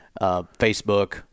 Facebook